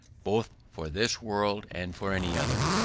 both for this world and for any other.